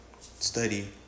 study